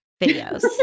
videos